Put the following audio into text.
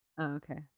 Okay